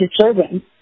children